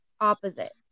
opposite